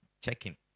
checking